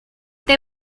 they